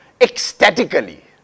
ecstatically